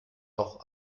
doch